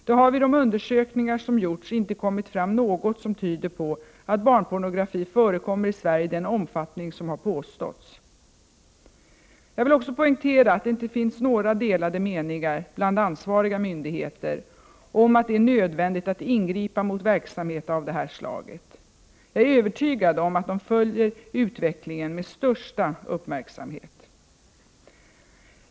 Det har vid de undersökningar som gjorts inte kommit fram något som tyder på att barnpornografi förekommer i Sverige i den omfattning som har påståtts. Jag vill också poängtera att det inte finns några delar meningar bland Prot. 1988/89:22 ansvariga myndigheter om att det är nödvändigt att ingripa mot verksamhet 11 november 1988 av det här slaget. Jag är övertygad om att de följer utvecklingen med största mn. uppmärksamhet.